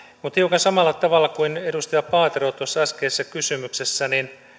mutta hiukan samalla tavalla kuin edustaja paatero tuossa äskeisessä kysymyksessä